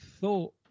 thought